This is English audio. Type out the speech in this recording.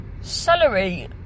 celery